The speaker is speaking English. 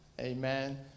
amen